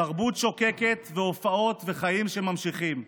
תרבות שוקקת והופעות וחיים שממשיכים.